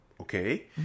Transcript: okay